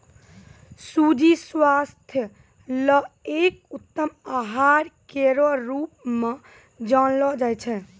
सूजी स्वास्थ्य ल एक उत्तम आहार केरो रूप म जानलो जाय छै